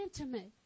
intimate